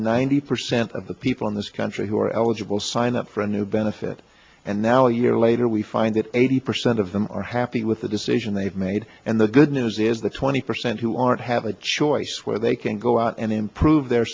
ninety percent of the people in this country who are eligible sign up for a new benefit and now a year later we find that eighty percent of them are happy with the decision they've made and the good news is the twenty percent who aren't have a choice where they can go out and improve their